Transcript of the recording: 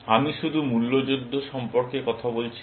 আমি শুধু মূল্য যুদ্ধ সম্পর্কে কথা বলছিলাম